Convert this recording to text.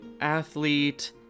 athlete